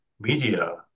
media